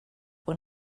when